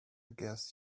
guess